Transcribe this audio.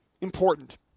important